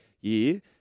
year